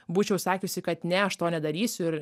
būčiau sakiusi kad ne aš to nedarysiu ir